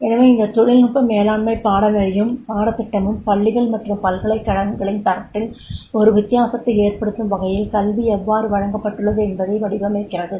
எனவே இந்த தொழில்நுட்ப மேலாண்மை பாடநெறியும் பாடத்திட்டமும் பள்ளிகள் மற்றும் பல்கலைக்கழகங்களின் தரத்தில் ஒரு வித்தியாசத்தை ஏற்படுத்தும் வகையில் கல்வி எவ்வாறு வழங்கப்பட்டுள்ளது என்பதை வடிவமைக்கிறது